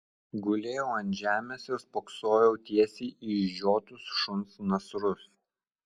gulėjau ant žemės ir spoksojau tiesiai į išžiotus šuns nasrus